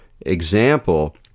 example